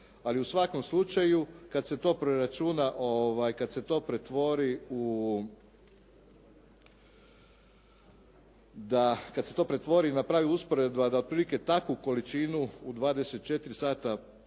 kad se to preračuna, kad se to pretvori, napravi usporedba da otprilike takvu količinu u 24 sata